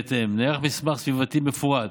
בהתאם, נערך מסמך סביבתי מפורט